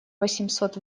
восемьсот